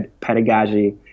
pedagogy